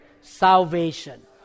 salvation